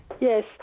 yes